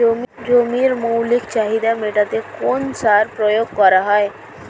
জমির মৌলিক চাহিদা মেটাতে কোন সার প্রয়োগ করা হয়?